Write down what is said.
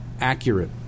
accurate